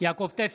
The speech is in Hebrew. יעקב טסלר,